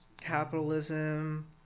Capitalism